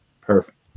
perfect